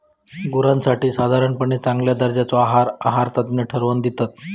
गुरांसाठी साधारणपणे चांगल्या दर्जाचो आहार आहारतज्ञ ठरवन दितत